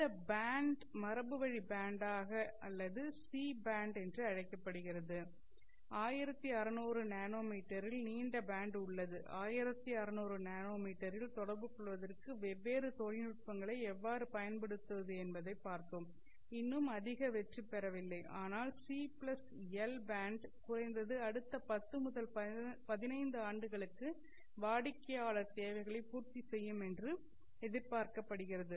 இந்த பேண்ட் மரபு வழி பேண்ட் ஆக ஆக அல்லது சி பேண்ட் என்று அழைக்கப்படுகிறது 1600 என்எம் இல் நீண்ட பேண்ட் உள்ளது 1600 என்எம் இல் தொடர்புகொள்வதற்கு வெவ்வேறு தொழில்நுட்பங்களை எவ்வாறு பயன்படுத்துவது என்பதைப் பார்க்கிறோம் இன்னும் அதிக வெற்றி பெறவில்லை ஆனால் C L C L band குறைந்தது அடுத்த 10 முதல் 15 ஆண்டுகளுக்கு வாடிக்கையாளர் தேவைகளை பூர்த்தி செய்யும் என்று எதிர்பார்க்கப்படுகிறது